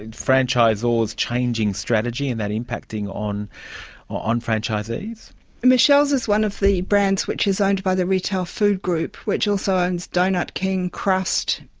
and franchisors changing strategy and that impacting on on franchisees michelle's is one of the brands which is owned by the retail food group, which also owns doughnut king, crust,